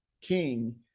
King